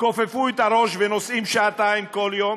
כופפו את הראש ונוסעות שעתיים כל יום,